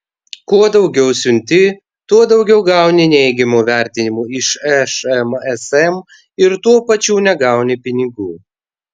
kuo daugiau siunti tuo daugiau gauni neigiamų vertinimų iš šmsm ir tuo pačiu negauni pinigų